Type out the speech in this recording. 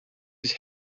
his